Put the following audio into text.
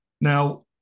Now